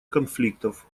конфликтов